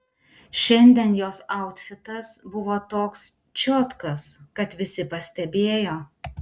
šiandien jos autfitas buvo toks čiotkas kad visi pastebėjo